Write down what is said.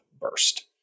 burst